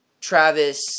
Travis